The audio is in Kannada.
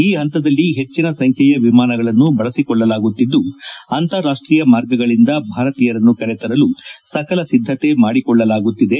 ಈ ಹಂತದಲ್ಲಿ ಹೆಚ್ಚಿನ ಸಂಖ್ಯೆಯ ವಿಮಾನಗಳನ್ನು ಬಳಸಿಕೊಳ್ಳಲಾಗುತ್ತಿದ್ದು ಅಂತಾರಾಷ್ಟೀಯ ಮಾರ್ಗಗಳಿಂದ ಭಾರತೀಯರನ್ನು ಕರೆತರಲು ಸಕಲ ಸಿದ್ದತೆ ಮಾಡಿಕೊಳ್ಳಲಾಗುತ್ತಿದೆ